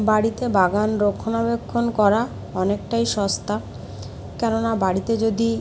বাড়িতে বাগান রক্ষণাবেক্ষণ করা অনেকটাই সস্তা কেননা বাড়িতে যদি